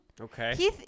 Okay